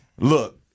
look